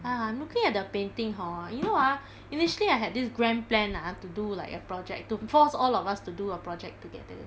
ah I'm looking at the painting hor you know ah initially I had this grand plan ah to do like a project to force all of us to do a project together